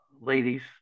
ladies